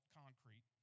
concrete